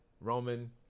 roman